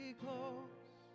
close